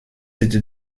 était